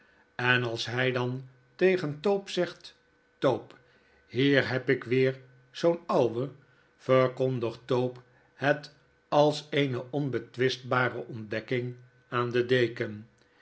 en als hij dan tegen tope zegt tope hier heb ik weer zoo'n ouwe verkondigt tope het als eene onbetwistbare ontdekking aan den deken